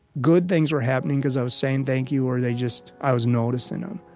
good things were happening because i was saying thank you or they just i was noticing them.